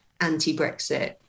anti-brexit